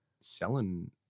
selling